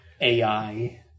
AI